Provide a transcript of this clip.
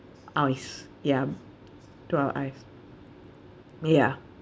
eyes ya to our eyes ya